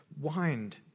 wind